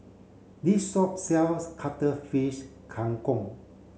this shop sells Cuttlefish Kang Kong